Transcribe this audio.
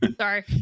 Sorry